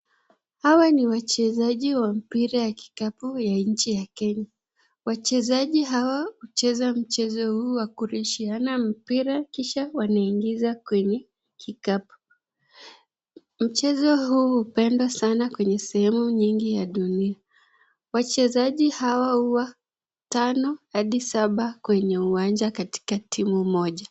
Hawa ni wachezaji wa mpira ya kikapu wa nchi ya Kenya. Wachezaji hawa hucheza mpira huu wa kurushiana mpira kisha wanaingiza kwenye kikapu. Mchezo huu hupendwa sana kwenye sehemu nyingi ya dunia. Wachezaji hawa huwa tano hadi saba kwenye uwanja katika timu moja.